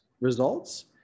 results